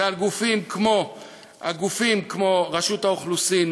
זה על גופים כמו רשות האוכלוסין,